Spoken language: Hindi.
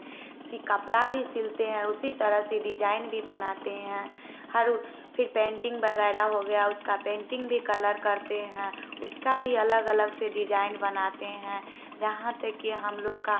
कपड़ा भी सिलते है उसी तरह से डिजाईन भी बनाते हैं हर फिर पेंटिग वगैरह हो गया उसका पेंटिंग भी कलर करते हैं उसका भी अलग अलग से डिजाईन बनाते हैं जहाँ तक की हम लोग का